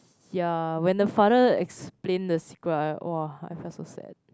ya when the father explain the secret I !wah! I felt so sad